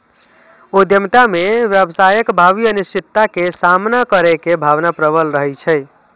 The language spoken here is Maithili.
उद्यमिता मे व्यवसायक भावी अनिश्चितता के सामना करै के भावना प्रबल रहै छै